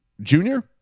Junior